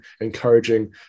encouraging